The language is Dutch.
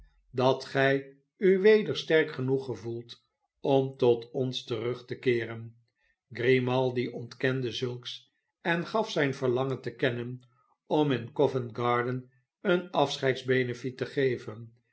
dat gij u weder sterk genoeg gevoelt om tot ons terug te keeren grimaldi ontkende zulks en gaf zijn verlangen te kennen om in covent-garden een afscheidsbenenet te geven